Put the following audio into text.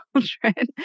children